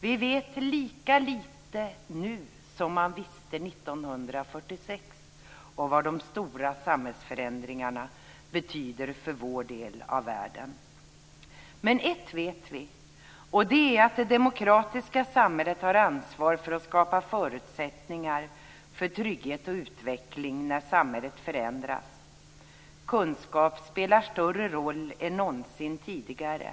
Vi vet lika lite nu som man visste 1946 om vad de stora samhällsförändringarna betyder för vår del av världen. Men ett vet vi, och det är att det demokratiska samhället har ansvar för att skapa förutsättningar för trygghet och utveckling när samhället förändras. Kunskap spelar större roll än någonsin tidigare.